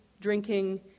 drinking